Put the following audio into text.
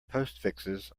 postfixes